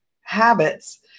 habits